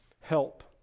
help